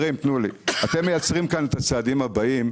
תנו לי את הצעדים הבאים.